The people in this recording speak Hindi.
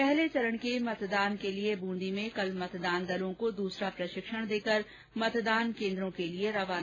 पहले चरण के मतदान के लिये बूंदी में कल मतदान दलों को दूसरा प्रशिक्षण देकर मतदान केन्द्रों के लिये रवाना किया जायेगा